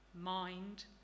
mind